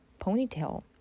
ponytail